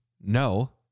No